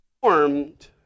formed